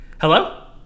Hello